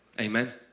Amen